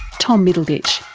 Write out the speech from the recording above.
tom middleditch,